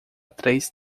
três